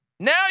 Now